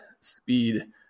speed